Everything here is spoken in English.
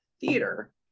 theater